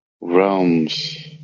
realms